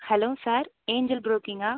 hello sir Angel ப்ரோக்கிங்கா